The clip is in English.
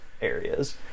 areas